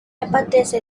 apetece